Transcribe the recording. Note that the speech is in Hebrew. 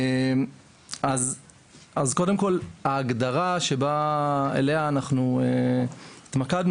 קודם כל ההגדרה שעליה אנחנו התמקדנו